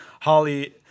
Holly